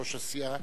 ראש הסיעה,